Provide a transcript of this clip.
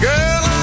Girl